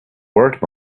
worth